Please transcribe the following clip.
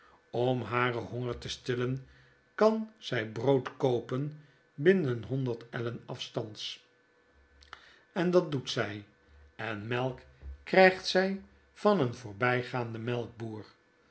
om haren honger te stillen kan zij brood koopen binnen honderd ellen afstands en dat doet zij en melk krygt zy van een voorbijgaanden